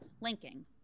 Linking